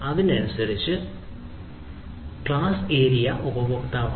ഉപയോക്താവ് class area ഉപഭോക്താവാണ്